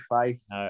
face